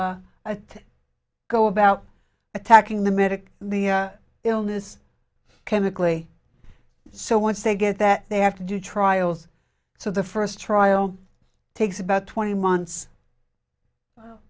to go about attacking the medic the illness chemically so once they get that they have to do trials so the first trial takes about twenty months